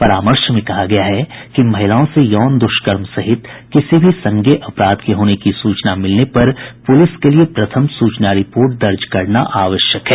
परामर्श में कहा गया है कि महिलाओं से यौन दुष्कर्म सहित किसी भी संज्ञेय अपराध के होने की सूचना मिलने पर पूलिस के लिए प्रथम सूचना रिपोर्ट दर्ज करना आवश्यक है